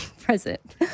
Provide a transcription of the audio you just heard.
present